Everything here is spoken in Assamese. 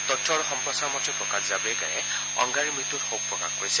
তথ্য আৰু সম্প্ৰচাৰ মন্ত্ৰী প্ৰকাশ জাৰড়েকাৰে অংগড়ীৰ মৃত্যুত শোক প্ৰকাশ কৰিছে